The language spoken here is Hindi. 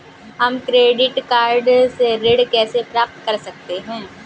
हम क्रेडिट कार्ड से ऋण कैसे प्राप्त कर सकते हैं?